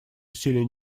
усилия